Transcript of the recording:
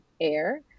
Air